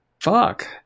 Fuck